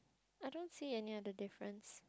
I don't see any other difference